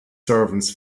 servants